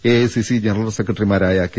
AICC general സെക്രട്ടറിമാരായ K